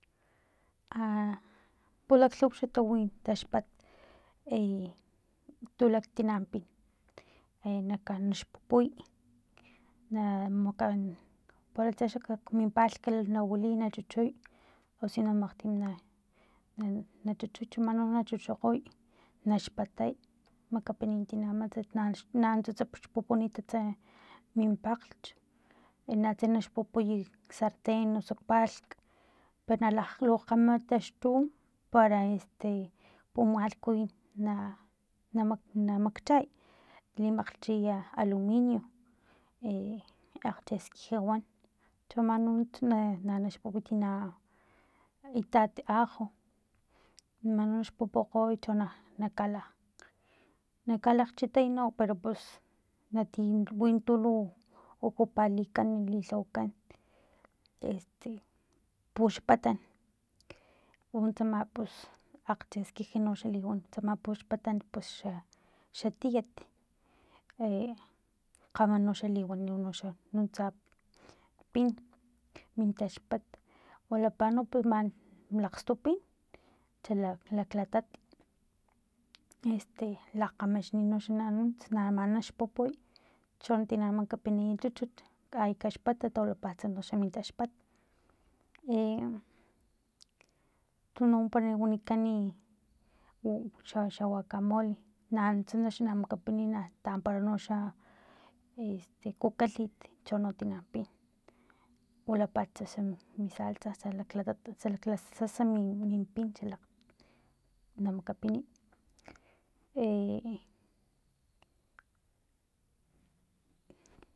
A pulaklhuw xa tuwi taxpat e tu laktina pin e naka xpupuy nakan paranatse xak kminpalk na wiliy na chuchuy osino makgtim na nachuchut mani no chuchukgoy naxpaty makapiniy tina matsat na nanuntsas na xpupunitast min pakglhch y na tse naxpupuy ksarten osuk palhk pala nalulakgam taxtu para este pumalhkuyuy na na namkchay limakchiya aluminio e akgcheskij wan chomanuts na naxpupuy tina itat ajo man no naxpupukgoy cho no naka nakalakgchitay pero pus natiyay tulu ocuparlikan lilhawakan este puxpatan untsama pus akcheskij noxa liwan tsama puxpatan pus xa xatiat e kgama noxa liwani noxa nuntsa pin mintaxpat wilapa no pus lakgstu pin chalak latat este lakgamaxnin inoxa nanunts ama naxpupuy chon tina na makapiniy chuchut ay taxpay tawilapats noxa min taxpat e tuno umpara wamikani u xa xa wakamole nanunts noxa namakapiniy tampara noxa este kukalhit chono tina pin wilpa este salsa xalklatat xalaklasasa min pin xalak na makapiniy e